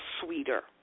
sweeter